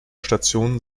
stationen